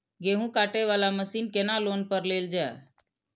गेहूँ काटे वाला मशीन केना लोन पर लेल जाय?